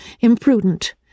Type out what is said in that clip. imprudent